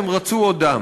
הם רצו עוד דם.